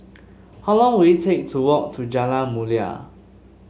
how long will it take to walk to Jalan Mulia